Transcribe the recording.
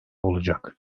olacak